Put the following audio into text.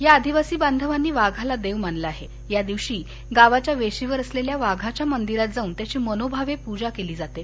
या आदिवासी बांधवांनी वाघाला देव मानलं आहे या दिवशी गावाच्या वेशीवर असलेल्या वाघाच्या मंदिरात जाऊन त्याची मनोभावे पूजा केली जाते